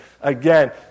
Again